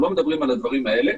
אנחנו לא מדברים על הדברים האלה,